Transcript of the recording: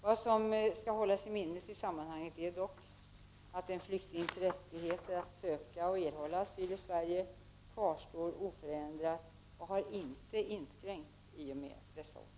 Vad som skall hållas i minnet i sammanhanget är dock att en flyktings rättighet att söka och erhålla asyl i Sverige kvarstår oförändrad och inte har inskränkts i och med dessa åtgärder.